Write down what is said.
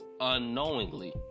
unknowingly